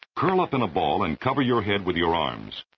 curl up in a ball and cover your head with your arms.